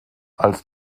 als